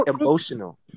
emotional